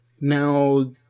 now